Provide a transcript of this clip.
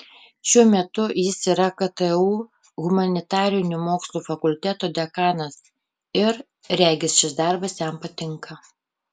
šiuo metu jis yra ktu humanitarinių mokslų fakulteto dekanas ir regis šis darbas jam patinka